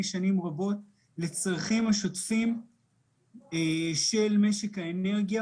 שנים רבות לצרכים השוטפים של משק האנרגיה,